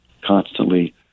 constantly